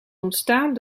ontstaan